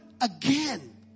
again